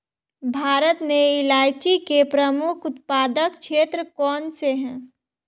भारत में इलायची के प्रमुख उत्पादक क्षेत्र कौन से हैं?